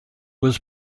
was